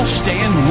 stand